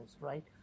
right